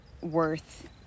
worth